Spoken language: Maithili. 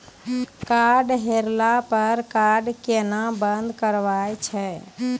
कार्ड हेरैला पर कार्ड केना बंद करबै छै?